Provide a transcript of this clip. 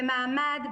במעמד,